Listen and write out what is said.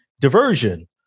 diversion